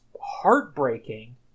heartbreaking